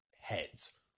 heads